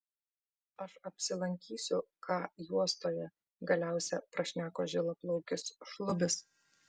aš apsilankysiu k juostoje galiausia prašneko žilaplaukis šlubis